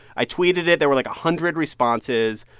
i tweeted it. there were, like, a hundred responses.